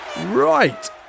Right